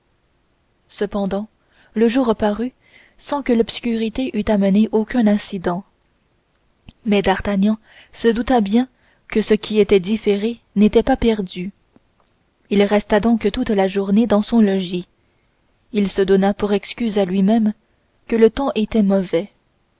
cependant le jour parut sans que l'obscurité eût amené aucun incident mais d'artagnan se douta bien que ce qui était différé n'était pas perdu d'artagnan resta toute la journée dans son logis il se donna pour excuse vis-à-vis de lui-même que le temps était mauvais